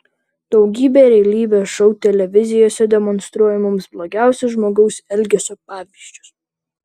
daugybė realybės šou televizijose demonstruoja mums blogiausius žmogaus elgesio pavyzdžius